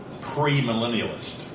pre-millennialist